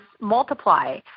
multiply